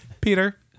Peter